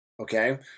Okay